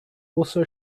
also